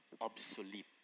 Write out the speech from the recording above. obsolete